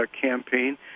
campaign